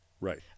Right